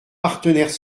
partenaires